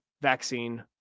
vaccine